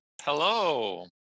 Hello